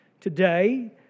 Today